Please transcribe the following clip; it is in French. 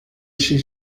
chez